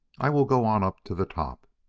i will go on up to the top.